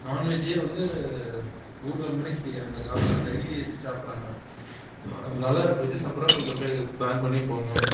நான்வெஜ்ஜே வந்து ஊறுகாய் மாதிரி அங்கே சாப்பிட்டோம் டெய்லி வச்சு சாப்பிட்றாங்க அதனால வெஜ்ஜு சாப்பிட்றவுங்க கொஞ்சம் அப்படியே பிளான் பண்ணி போங்க